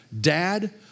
Dad